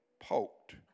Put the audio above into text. poked